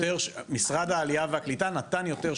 משרד העלייה והקליטה נתן יותר שוברים.